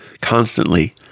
constantly